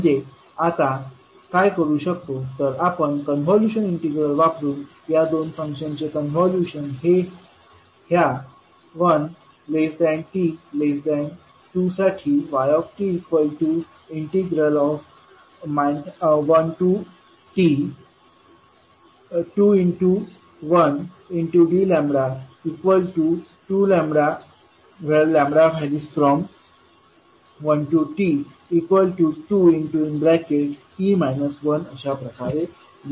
म्हणजे आपण आता काय करू शकतो तर आपण कॉन्व्होल्यूशन इंटिग्रल वापरून या दोन फंक्शन्सचे कॉन्व्होल्यूशन हे ह्या 1t2 साठी yt1t21dλ2λ।t12t 1 अशाप्रकारे लिहू शकतो